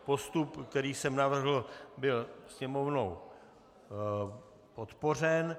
Postup, který jsem navrhl, byl Sněmovnou podpořen.